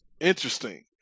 Interesting